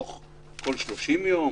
כל 30 יום?